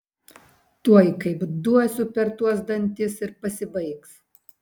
tuoj kaip duosiu per tuos dantis ir pasibaigs